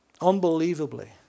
Unbelievably